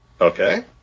Okay